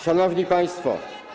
Szanowni Państwo!